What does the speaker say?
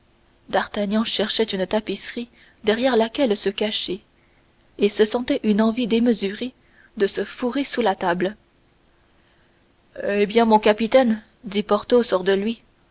d'artagnan cherchait une tapisserie derrière laquelle se cacher et se sentait une envie démesurée de se fourrer sous la table eh bien mon capitaine dit porthos hors de lui